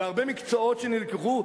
בהרבה מקצועות שנלקחו,